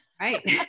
Right